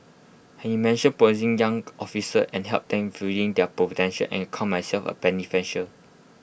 he mention promising young officers and helped them fulling their potential and count myself A beneficial